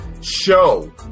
show